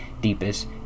deepest